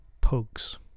pugs